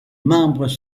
membres